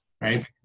right